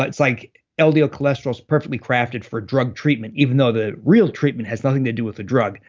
it's like ldl ldl cholesterol's perfectly crafted for drug treatment, even though the real treatment has nothing to do with a drug.